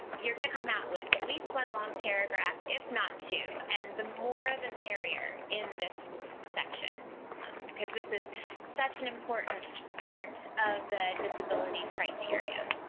you're gonna matt with at least one long paragraph if not two. and the more the merrier in this section because this is such an important part of the disability criterion,